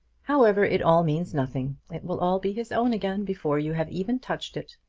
however, it all means nothing. it will all be his own again before you have even touched it.